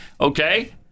Okay